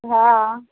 हँ